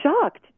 shocked